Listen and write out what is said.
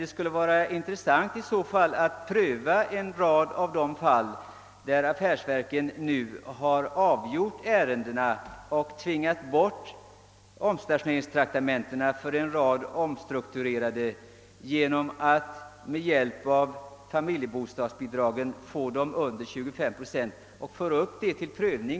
Det skulle vara intressant att pröva en rad av de fall som affärsverken avgjort och där omstationeringstraktamenten dragits in i samband med omstrukturering och 25-procentsgränsen kunnat underskridas med hjälp av familjebostadsbidragen.